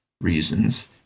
reasons